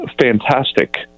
fantastic